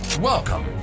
Welcome